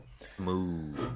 Smooth